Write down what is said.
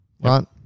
right